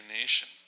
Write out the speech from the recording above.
nation